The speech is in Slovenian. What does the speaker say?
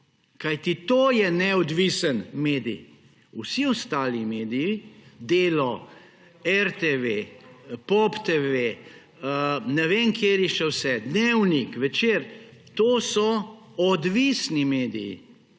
kajti to je neodvisen medij. Vsi ostali mediji, Delo, RTV, Pop TV, ne vem, kateri še vse, Dnevnik, Večer, to so odvisni mediji.